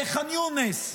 בח'אן יונס?